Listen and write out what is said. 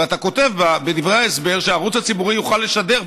ואתה כותב בדברי ההסבר שהערוץ הציבורי יוכל לשדר,